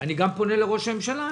גם לראש הממשלה.